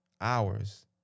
hours